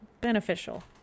beneficial